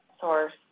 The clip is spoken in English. source